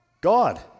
God